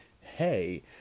hey